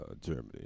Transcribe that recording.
Germany